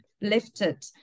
lifted